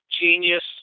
Genius